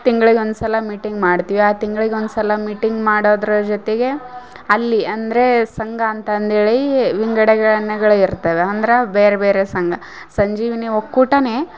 ತಿಂಗ್ಳಿಗೆ ಒಂದ್ಸಲ ಮೀಟಿಂಗ್ ಮಾಡ್ತೀವಿ ಆ ತಿಂಗ್ಳಿಗೆ ಒಂದ್ಸಲ ಮೀಟಿಂಗ್ ಮಾಡದ್ರ ಜೊತೆಗೇ ಅಲ್ಲಿ ಅಂದರೆ ಸಂಘ ಅಂತಂದೇಳೀ ವಿಂಗಡಗಣೆಗಳಿರ್ತವೆ ಅಂದ್ರ ಬೇರ್ಬೇರೆ ಸಂಘ ಸಂಜೀವಿನಿ ಒಕ್ಕೂಟನೇ